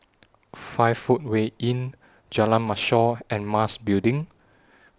five Footway Inn Jalan Mashor and Mas Building